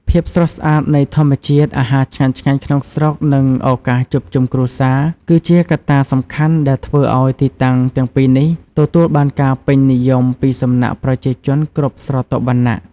ភាពស្រស់ស្អាតនៃធម្មជាតិ អាហារឆ្ងាញ់ៗក្នុងស្រុក និងឱកាសជួបជុំគ្រួសារ គឺជាកត្តាសំខាន់ដែលធ្វើឲ្យទីតាំងទាំងពីរនេះទទួលបានការពេញនិយមពីសំណាក់ប្រជាជនគ្រប់ស្រទាប់វណ្ណៈ។